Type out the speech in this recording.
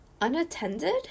unattended